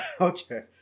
Okay